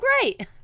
great